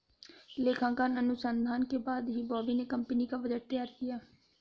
लेखांकन अनुसंधान के बाद ही बॉबी ने कंपनी का बजट तैयार किया